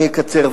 אני אקצר.